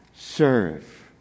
Serve